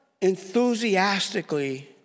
enthusiastically